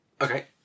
Okay